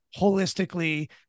holistically